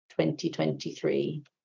2023